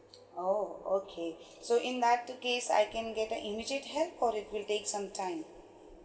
oh okay so in that case I can get an immediate help or it will take some time